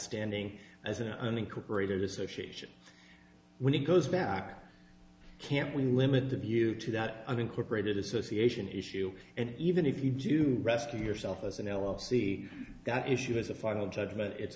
standing as an unincorporated association when it goes back can't we limit the view to that unincorporated association issue and even if you do rescue yourself as an l l c got issue as a final judgment it's